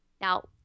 Now